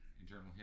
Internal